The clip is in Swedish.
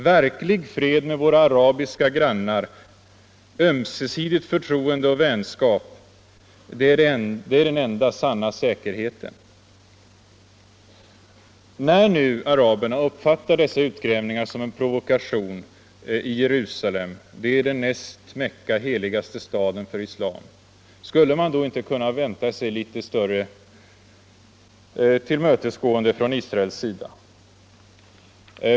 Verklig fred med våra arabiska grannar — ömsesidigt förtroende och vänskap — det är den enda sanna säkerheten.” När nu araberna uppfattar dessa utgrävningar i Jerusalem som en provokation — Jerusalem är den näst Mecka heligaste staden för islam — skulle man då inte kunna vänta sig litet större tillmötesgående från Israels sida?